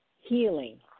Healing